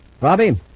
Robbie